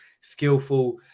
Skillful